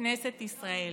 בכנסת ישראל.